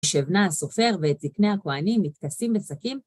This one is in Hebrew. ושבנא הסופר ואת זקני הכוהנים, מתכסים בשקים.